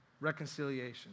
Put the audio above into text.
Reconciliation